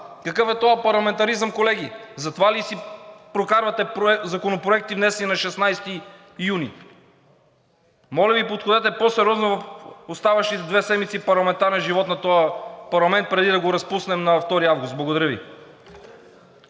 Какъв е този парламентаризъм, колеги? Затова ли си прокарвате законопроекти, внесени на 16 юни? Моля Ви, подходете по-сериозно в оставащите две седмици парламентарен живот на този парламент, преди да го разпуснем на 2 август. Благодаря Ви.